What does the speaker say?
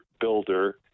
builder